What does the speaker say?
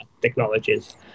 technologies